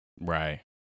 Right